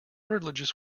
religious